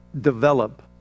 develop